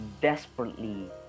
desperately